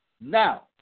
Now